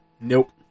Nope